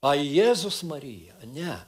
a jėzus marija ne